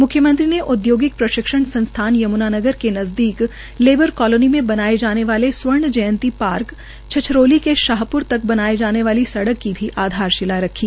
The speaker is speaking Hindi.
मुख्यमंत्री ने औदयोगिक प्रशिक्षण संस्थान यमुनानगर के नज़दीक लेबर कलोनी में बनाए जाने वाले स्वर्ण जयंती पार्क छछरौली से शाहर तक बनाए जाने वाली सड़का की भी आधारशिला रखी